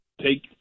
Take